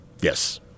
Yes